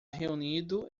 reunido